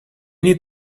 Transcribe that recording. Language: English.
need